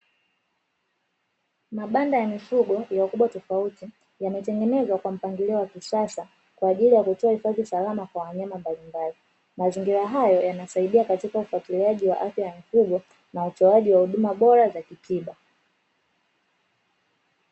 Mabanda ya mifugo ya ukubwa tofauti yametengenezwa kwa mpangilio wa kisasa, kwa ajili ya kutoa hifadhi salama kwa wanyama mbalimbali; mazingira hayo yanasaidia katika ufuatiliaji wa afya ya mifugo, na utoaji wa huduma bora za kitiba.